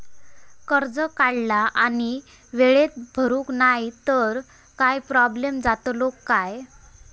कर्ज काढला आणि वेळेत भरुक नाय तर काय प्रोब्लेम जातलो काय?